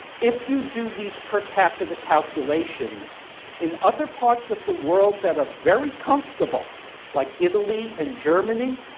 if you do these per capita calculations in other parts of the world that are very comfortable like italy and germany,